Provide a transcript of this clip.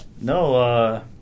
no